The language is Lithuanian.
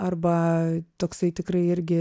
arba toksai tikrai irgi